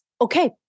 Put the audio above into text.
okay